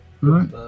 right